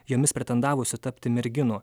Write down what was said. jomis pretendavusių tapti merginų